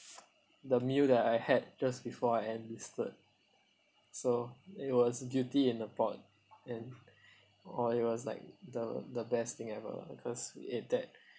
the meal that I had just before I enlisted so it was Beauty In The Pot and oh it was like the the best thing ever because we eat that